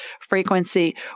frequency